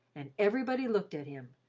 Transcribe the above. and everybody looked at him,